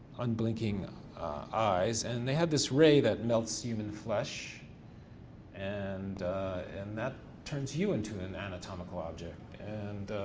unblinking eyes, and they had this ray that melts human flesh and and that turns you into an anatomical object and